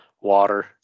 water